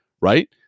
right